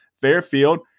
Fairfield